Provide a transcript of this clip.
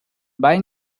buying